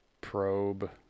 probe